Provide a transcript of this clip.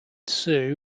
sue